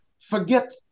Forget